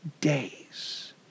days